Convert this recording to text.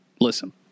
Listen